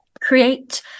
create